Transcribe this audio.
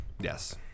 Yes